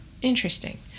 interesting